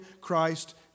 Christ